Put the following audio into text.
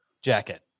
jacket